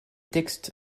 textes